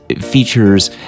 features